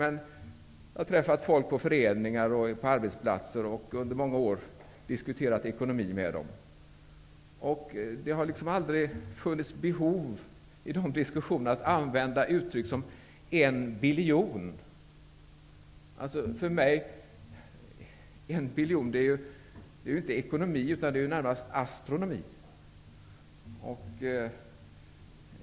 Jag har träffat folk på föreningsmöten och arbetsplatser och har under många år diskuterat ekonomi med dem. Det har vid dessa diskussioner aldrig funnits behov av att använda uttryck som en biljon. För mig är inte en biljon ekonomi utan närmast astronomi.